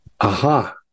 Aha